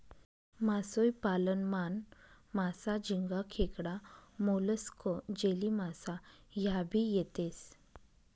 मासोई पालन मान, मासा, झिंगा, खेकडा, मोलस्क, जेलीमासा ह्या भी येतेस